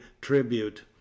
tribute